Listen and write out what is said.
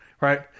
right